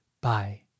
Bye